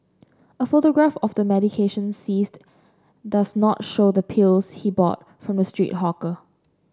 a photograph of the medication seized does not show the pills he bought from the street hawker